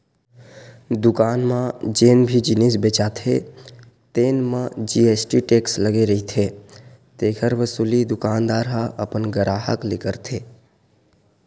दुकान मन म जेन भी जिनिस बेचाथे तेन म जी.एस.टी टेक्स लगे रहिथे तेखर वसूली दुकानदार ह अपन गराहक ले करथे